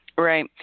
Right